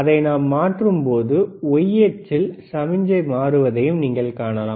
அதை நாம் மாற்றும்போது y அச்சில் சமிக்ஞை மாறுவதையும் நீங்கள் காணலாம்